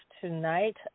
tonight